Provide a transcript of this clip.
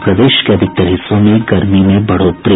और प्रदेश के अधिकांश हिस्सों में गर्मी में बढ़ोतरी